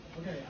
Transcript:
Okay